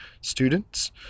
students